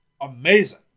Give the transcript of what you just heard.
amazing